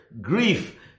grief